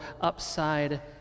upside